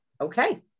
Okay